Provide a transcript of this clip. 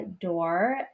door